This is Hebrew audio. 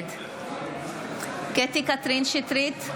נגד קטי קטרין שטרית,